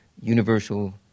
universal